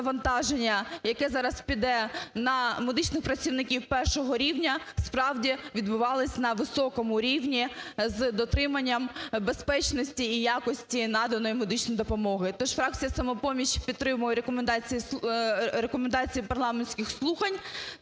яке зараз піде на медичних працівників першого рівня, справді відбувалося на високому рівні з дотриманням безпечності і якості наданої медичної допомоги. Тож фракція "Самопоміч" підтримує рекомендації парламентських слухань.